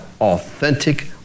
Authentic